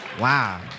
Wow